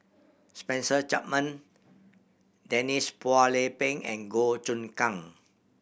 Spencer Chapman Denise Phua Lay Peng and Goh Choon Kang